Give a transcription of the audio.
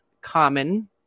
common